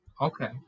Okay